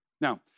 Now